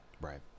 Right